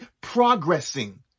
progressing